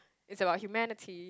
it's about humanity